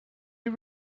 you